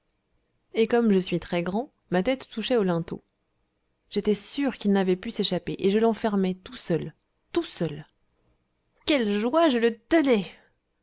et comme je suis très grand ma tête touchait au linteau j'étais sûr qu'il n'avait pu s'échapper et je l'enfermai tout seul tout seul quelle joie je le tenais